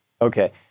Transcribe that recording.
Okay